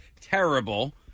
terrible